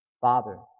Father